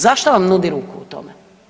Zašto vam nudi ruku u tome?